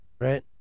Right